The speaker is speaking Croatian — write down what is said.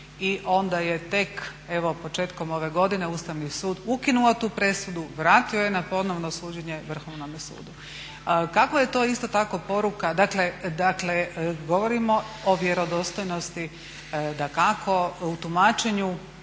i onda je tek evo početkom ove godine Ustavni sud ukinuo tu presudu, vratio je na ponovno suđenje Vrhovnome sudu. Kakva je to isto tako poruka, dakle govorimo o vjerodostojnosti dakako u tumačenju